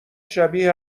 شبیه